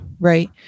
Right